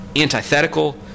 antithetical